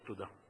תודה.